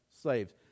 slaves